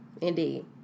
Indeed